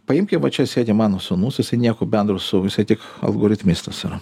paimkim va čia sėdi mano sūnus jisai nieko bendro su jisai tik algoritmistas yra